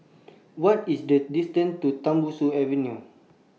What IS The distance to Tembusu Avenue